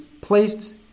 placed